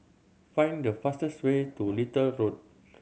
find the fastest way to Little Road